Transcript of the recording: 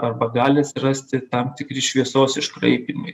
arba gali atsirasti tam tikri šviesos iškraipymai